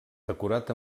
decorat